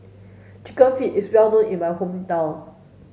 chicken feet is well known in my hometown